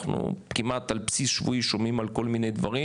אנחנו כמעט על בסיס שבועי על כל מיני דברים,